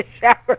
shower